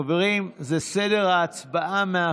חברים, סדר ההצבעה הוא